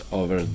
over